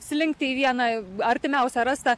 slinkti į vieną artimiausią rastą